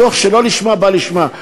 מתוך שלא לשמה בא לשמה.